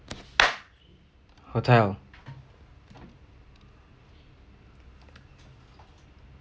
hotel